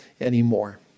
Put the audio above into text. anymore